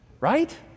Right